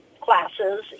classes